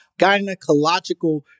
Gynecological